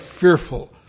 fearful